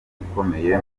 ukomeye